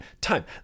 time